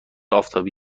آفتابی